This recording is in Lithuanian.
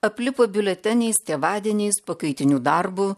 aplipo biuleteniais tėvadieniais pakaitiniu darbu